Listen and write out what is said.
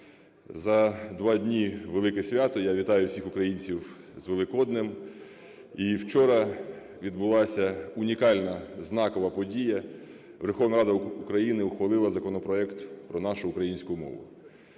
За два дні – велике свято. Я вітаю всіх українців з Великоднем! І вчора відбулася унікальна, знакова подія – Верховна Рада України ухвалила законопроект про нашу українську мову.